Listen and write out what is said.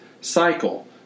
cycle